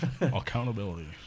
Accountability